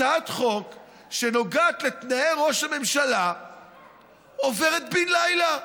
הצעת חוק שנוגעת לתנאי ראש הממשלה עוברת בן לילה,